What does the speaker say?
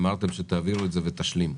אמרתם שתעבירו את זה ותשלימו.